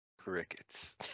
crickets